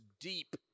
deep